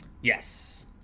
Yes